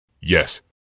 Yes